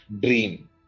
dream